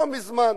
לא מזמן,